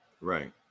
Right